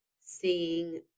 seeing